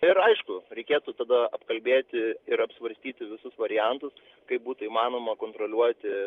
ir aišku reikėtų tada apkalbėti ir apsvarstyti visus variantus kaip būtų įmanoma kontroliuoti